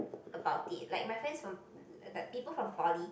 about it like my friends from the people from poly